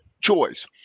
choice